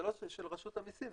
זה לא של רשות המיסים,